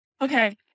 okay